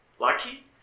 lucky